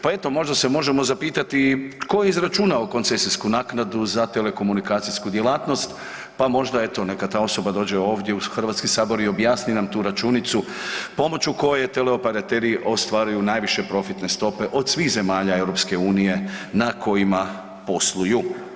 Pa eto možda se možemo zapitati tko je izračunao koncesijsku naknadu za telekomunikacijsku djelatnost, pa možda eto neka ta osoba dođe ovdje u HS i objasni nam tu računicu pomoću koje teleoperateri ostvaruju najviše profitne stope od svih zemalja EU na kojima posluju.